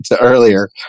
earlier